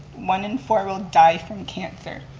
one in four will die from cancer.